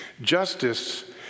Justice